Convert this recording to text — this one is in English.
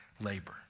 labor